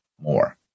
more